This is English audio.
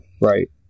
right